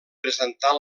presentar